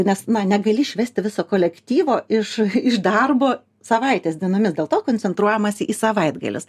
nes na negali išvesti viso kolektyvo iš iš darbo savaitės dienomis dėl to koncentruojamasi į savaitgalius